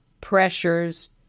pressures